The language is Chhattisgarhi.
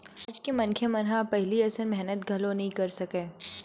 आज के मनखे मन ह अब पहिली असन मेहनत घलो नइ कर सकय